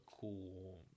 cool